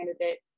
candidate